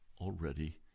already